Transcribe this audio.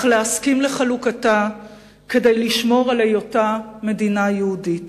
אך להסכים לחלוקתה כדי לשמור על היותה מדינה יהודית,